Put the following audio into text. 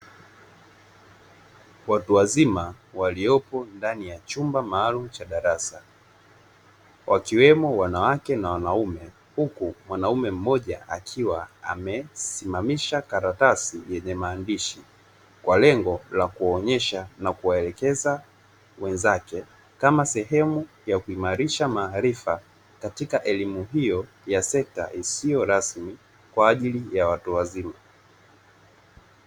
Watu wazima waliopo ndani ya chumba maalumu cha darasa, wakiwemo wanawake na wanaume huku mwanamume mmoja akiwa amesimamisha karatasi yenye maandishi kwa lengo la kuwaonyesha na kuwaelekeza wenzake kama sehemu ya kuimarisha maarifa katika elimu hiyo ya sekta isiyo rasmi, kwa ajili ya watu wazima.